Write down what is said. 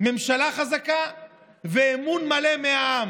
ממשלה חזקה ואמון מלא מהעם.